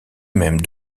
même